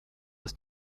ist